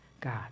God